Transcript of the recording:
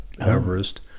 Everest